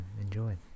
enjoy